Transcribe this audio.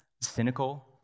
cynical